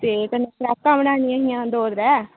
ते कन्नै फराकां बनानियां हियां दो त्रै